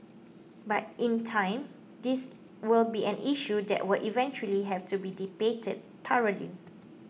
but in time this will be an issue that will eventually have to be debated thoroughly